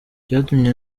byatumye